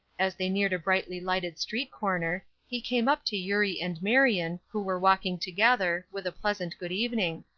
as they neared a brightly-lighted street corner, he came up to eurie and marion, who were walking together, with a pleasant good-evening.